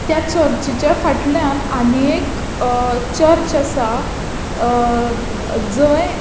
त्या चर्चीच्या फाटल्यान आनी एक चर्च आसा जंय